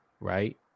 right